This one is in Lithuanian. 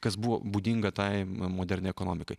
kas buvo būdinga tai moderniai ekonomikai